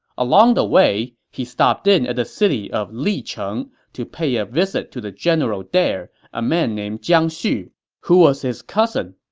the way, he stopped in at the city of licheng to pay a visit to the general there, a man named jiang xu who was his cousin.